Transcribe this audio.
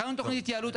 הכנו תכנית התייעלות,